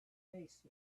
face